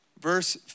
Verse